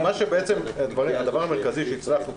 הדבר המרכזי שהצלחנו,